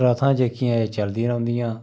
प्रथां जेह्कियां एह् चलदियां रौंह्दियां